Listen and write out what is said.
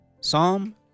Psalm